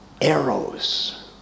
arrows